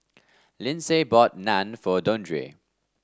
Lindsay bought Naan for Dondre